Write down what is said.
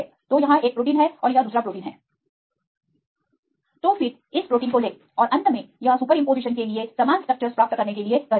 तो यह प्रोटीन के लिए पूछा 1 यह पहला प्रोटीन 1 है प्रोटीन 2 तो फिर इस प्रोटीन को लें और अंत में यह सुपरिम्पोजिशन के लिए समान स्ट्रक्चर्स प्राप्त करने के लिए कहता है